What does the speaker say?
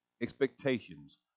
Expectations